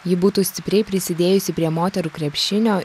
ji būtų stipriai prisidėjusi prie moterų krepšinio